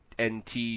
NT